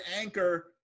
Anchor